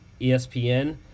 ESPN